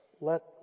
Let